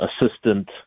assistant